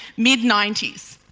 mid nineties,